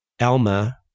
alma